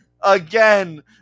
Again